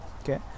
Okay